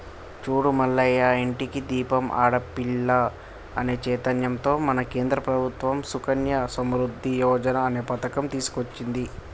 చూడు మల్లయ్య ఇంటికి దీపం ఆడపిల్ల అనే చైతన్యంతో మన కేంద్ర ప్రభుత్వం సుకన్య సమృద్ధి యోజన అనే పథకం తీసుకొచ్చింది